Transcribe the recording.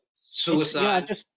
Suicide